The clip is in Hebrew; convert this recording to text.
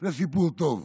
זה סיפור טוב,